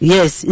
Yes